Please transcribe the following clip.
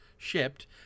shipped